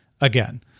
again